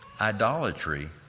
Idolatry